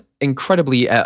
incredibly